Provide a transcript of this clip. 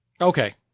Okay